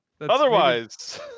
otherwise